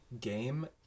game